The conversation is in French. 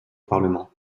parlement